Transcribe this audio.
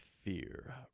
Fear